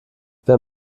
wenn